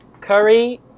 Curry